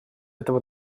этого